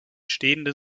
stehenden